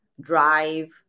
drive